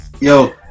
Yo